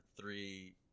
three